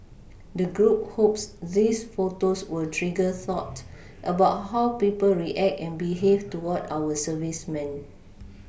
the group hopes these photos will trigger thought about how people react and behave toward our servicemen